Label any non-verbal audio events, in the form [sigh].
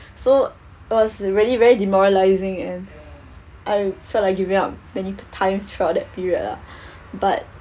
so it was really very demoralising and I felt like giving up many times throughout that period ah [breath] but